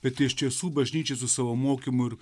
bet iš tiesų bažnyčiai su savo mokymu ir